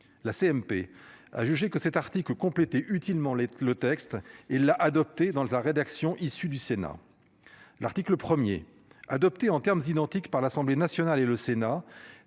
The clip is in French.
La CMP a jugé que cet article compléter utilement les le texte et la adopté dans sa rédaction issue du Sénat. L'article premier adopté en termes identiques par l'Assemblée nationale et le Sénat